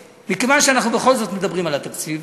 מכיוון שבכל זאת אנחנו מדברים על התקציב,